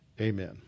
Amen